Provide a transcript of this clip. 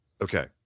Okay